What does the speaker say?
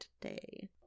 today